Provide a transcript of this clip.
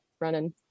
running